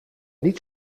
niet